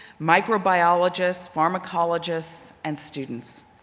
microbiologists, pharmacologists and students.